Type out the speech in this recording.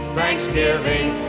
Thanksgiving